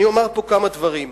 אני אומר פה כמה דברים.